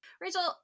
Rachel